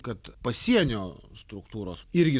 kad pasienio struktūros irgi